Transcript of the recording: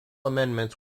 amendments